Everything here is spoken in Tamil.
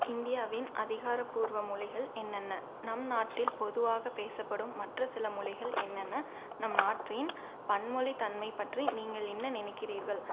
இந்தியாவின் அதிகாரபூர்வ மொழிகள் என்னன்ன நம் நாட்டில் பொதுவாக பேசப்படும் மற்ற சில மொழிகள் என்னன்ன நம் நாட்டின் பன்மொழி தன்மை பற்றி நீங்கள் என்ன நினைக்கிறீர்கள்